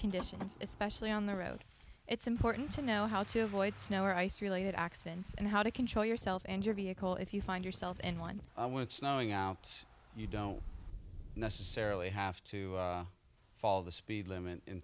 conditions especially on the road it's important to know how to avoid snow or ice related accidents and how to control yourself and your vehicle if you find yourself in one when it's snowing out you don't necessarily have to follow the speed limit in